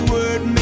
Word